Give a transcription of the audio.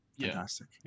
Fantastic